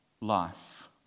life